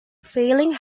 failing